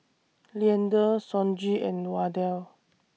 Leander Sonji and Wardell